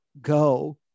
go